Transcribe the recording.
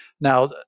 Now